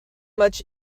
much